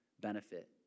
benefit